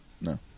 No